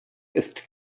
ist